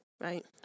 right